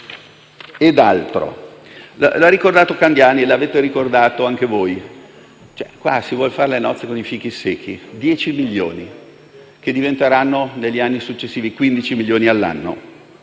il senatore Candiani e come avete ricordato anche voi, qua si vogliono fare le nozze con i fichi secchi: 10 milioni, che diventeranno negli anni successivi 15 milioni all'anno.